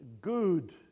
good